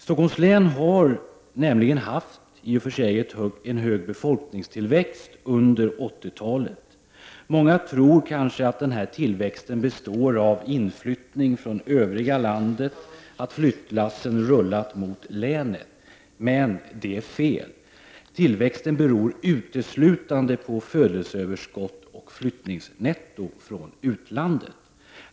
Stockholms län har i och för sig haft en stor befolkningstillväxt under 80 talet. Många tror kanske att denna tillväxt består av inflyttning från det övriga landet och att flyttlassen rullat mot länet. Men det är fel. Tillväxten beror uteslutande på födelseöverskott och människor som har flyttat hit från utlandet.